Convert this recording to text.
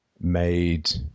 made